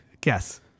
Guess